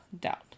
doubt